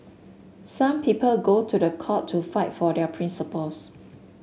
some people go to the court to fight for their principles